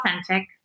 authentic